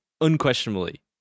unquestionably